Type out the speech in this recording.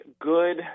good